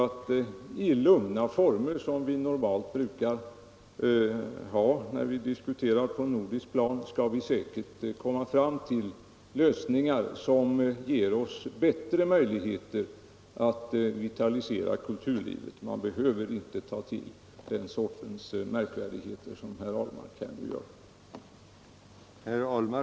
I de lugna former som vi normalt brukar använda när vi diskuterar på nordiskt plan skall vi säkert komma fram till lösningar som ger oss bättre möjligheter att vitalisera kulturlivet. Man behöver inte ta till den sortens märkvärdigheter som herr Ahlmark här gör.